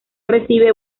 recibe